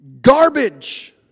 Garbage